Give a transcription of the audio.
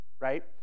right